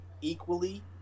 equally